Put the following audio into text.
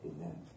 Amen